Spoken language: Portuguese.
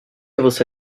você